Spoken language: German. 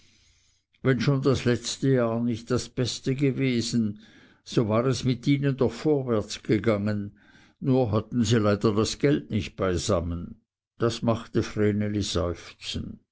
wenn schon das letzte jahr nicht das beste gewesen so war es mit ihnen doch vorwärtsgegangen nur hatten sie leider das geld nicht beisammen das machte vreneli seufzen